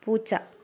പൂച്ച